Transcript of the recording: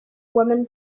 women